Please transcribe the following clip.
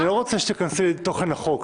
אני לא רוצה שתיכנסי לתוכן החוק,